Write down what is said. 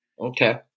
Okay